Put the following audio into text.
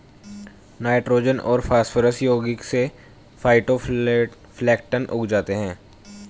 nitrogen और phosphorus यौगिक से फाइटोप्लैंक्टन उग जाते है